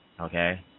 Okay